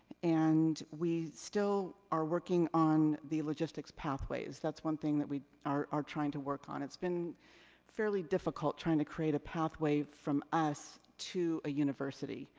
and we still are working on the logistics pathways. that's one thing that are are trying to work on. it's been fairly difficult trying to create a pathway from us to a university.